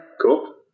cool